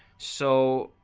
so,